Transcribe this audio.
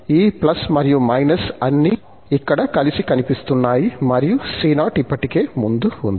కాబట్టి ఈ మరియు అన్నీ ఇక్కడ కలిసి కనిపిస్తున్నాయి మరియు c0 ఇప్పటికే ముందు ఉంది